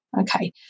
Okay